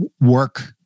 work